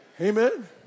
Amen